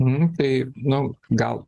nu tai nu gal